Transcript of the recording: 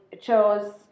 chose